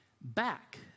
back